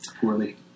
poorly